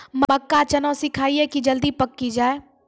मक्का चना सिखाइए कि जल्दी पक की जय?